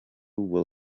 will